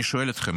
אני שואל אתכם,